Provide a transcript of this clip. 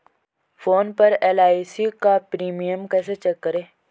Phone पर LIC का premium कैसे चेक करें?